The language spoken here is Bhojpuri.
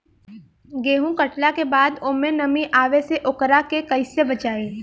गेंहू कटला के बाद ओमे नमी आवे से ओकरा के कैसे बचाई?